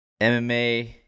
MMA